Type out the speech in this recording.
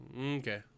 Okay